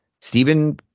Stephen